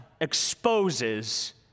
exposes